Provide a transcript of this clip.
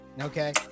okay